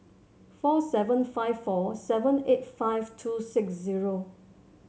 four seven five four seven eight five two six zero